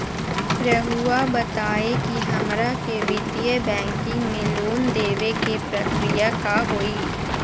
रहुआ बताएं कि हमरा के वित्तीय बैंकिंग में लोन दे बे के प्रक्रिया का होई?